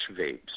vapes